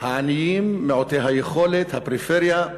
העניים, מעוטי היכולת, הפריפריה,